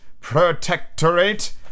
protectorate